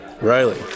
Riley